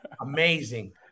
Amazing